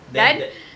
there's that